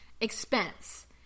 expense